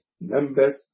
members